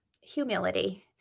humility